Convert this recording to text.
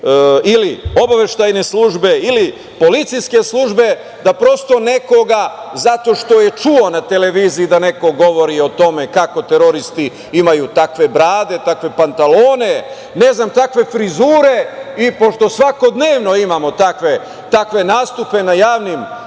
ili obaveštajne službe ili policijske službe da prosto nekoga zato što je čuo na televiziji da neko govori o tome kako teroristi imaju takve brade, takve pantalone, ne znam kakve frizure. Pošto svakodnevno imamo takve nastupe na javnim